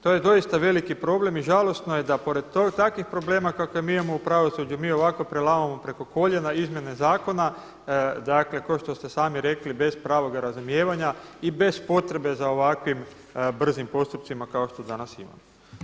To je doista veliki problem i žalosno je da pored takvih problema kakve mi imamo u pravosuđu mi ovako prelamamo preko koljena izmjene zakona ko što ste sami rekli bez pravoga razumijevanja i bez potrebe za ovakvim brzim postupcima kao što danas imamo.